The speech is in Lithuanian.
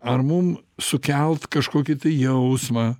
ar mum sukelt kažkokį tai jausmą